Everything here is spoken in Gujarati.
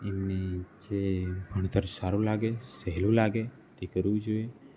એમને જે ભણતર સારું લાગે સહેલું લાગે તે કરવું જોઈએ